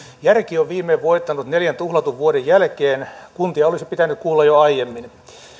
järki on viimein voittanut neljän tuhlatun vuoden jälkeen kuntia olisi pitänyt kuulla jo aiemmin